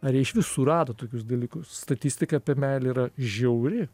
ar jie išvis surado tokius dalykus statistika apie meilę yra žiauri